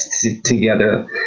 together